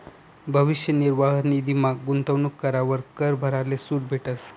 भविष्य निर्वाह निधीमा गूंतवणूक करावर कर भराले सूट भेटस